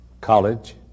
college